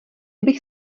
bych